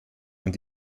und